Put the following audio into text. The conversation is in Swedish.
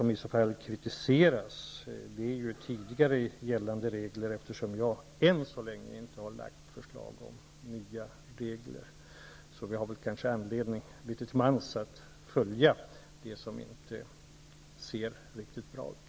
De regler som kritiseras är de regler som gäller sedan tidigare, eftersom jag än så länge inte har lagt fram förslag om nya regler. Vi har kanske anledning att litet till mans följa det som inte ser riktigt bra ut.